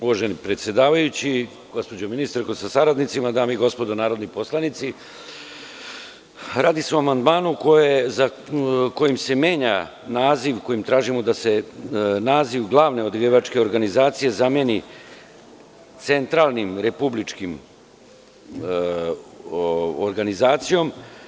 Uvaženi predsedavajući, gospođo ministarko sa saradnicima, dame i gospodo narodni poslanici, radi se o amandmanu kojim tražimo da se naziv „glavne odgajivačke organizacije“ zameni „centralnom republičkom organizacijom“